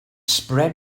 spread